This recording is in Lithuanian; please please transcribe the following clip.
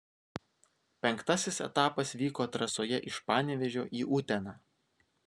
penktasis etapas vyko trasoje iš panevėžio į uteną